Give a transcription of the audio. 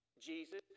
Jesus